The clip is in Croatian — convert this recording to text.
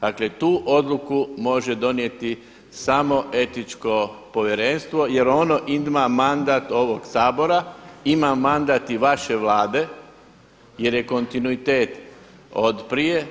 Dakle, tu odluku može donijeti samo Etičko povjerenstvo jer ono ima mandat ovog Sabora, ima mandat i vaše Vlade jer je kontinuitet od prije.